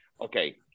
Okay